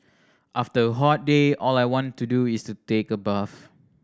after a hot day all I want to do is take a bath